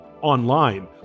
online